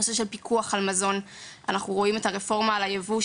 אנחנו רואים את הרפורמה של הייבוא,